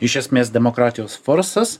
iš esmės demokratijos farsas